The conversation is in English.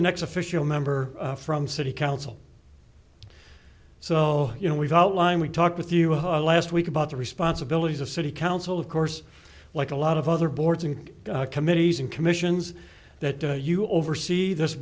the next official member from city council so you know we've outlined we talk with you last week about the responsibilities of city council of course like a lot of other boards and committees and commissions that the you oversee this